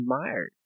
admired